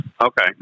Okay